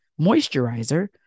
moisturizer